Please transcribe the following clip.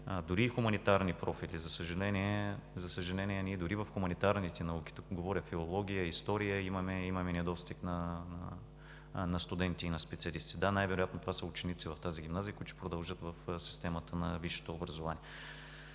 дори хуманитарни профили. За съжаление, ние дори в хуманитарните науки – говоря за филология и история, имаме недостиг на студенти и специалисти. Най-вероятно това са ученици в тази гимназия, които ще продължат в системата на висшето образование.